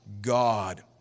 God